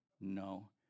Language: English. no